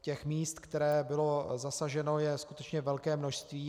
Těch míst, která byla zasažena, je skutečně velké množství.